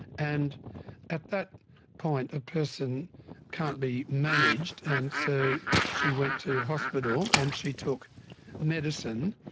and at that point a person can't be managed, and so she went to hospital and she took medicine.